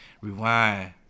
rewind